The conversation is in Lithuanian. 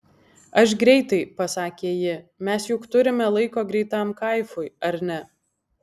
aš greitai pasakė ji mes juk turime laiko greitam kaifui ar ne